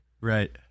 Right